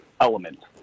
element